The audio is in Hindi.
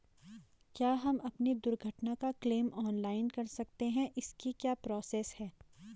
क्या हम अपनी दुर्घटना का क्लेम ऑनलाइन कर सकते हैं इसकी क्या प्रोसेस है?